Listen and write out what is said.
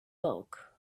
bulk